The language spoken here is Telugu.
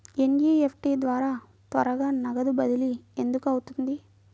ఎన్.ఈ.ఎఫ్.టీ ద్వారా త్వరగా నగదు బదిలీ ఎందుకు అవుతుంది?